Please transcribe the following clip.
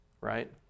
right